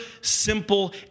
simple